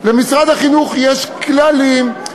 למשרד החינוך יש כללים,